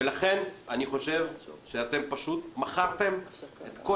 ולכן אני חושב שאתם פשוט מכרתם את כל